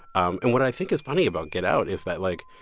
um and what i think is funny about get out is that, like,